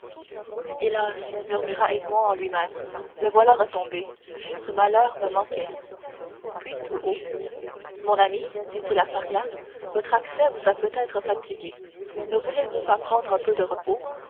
hélas murmura edmond en lui-même le voilà retombé ce malheur me manquait puis tout haut mon ami dit-il à faria votre accès vous a peut-être fatigué ne voulez-vous pas prendre un peu de repos